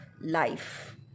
life